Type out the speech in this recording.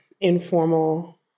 informal